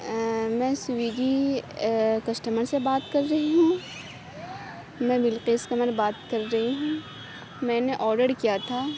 میں سویگی کسٹمر سے بات کر رہی ہوں میں بلقیس قمر بات کر رہی ہوں میں نے آڈڑ کیا تھا